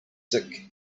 sick